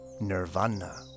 nirvana